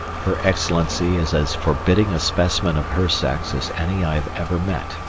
her excellency is as forbidding a specimen of her sex as any i have ever met.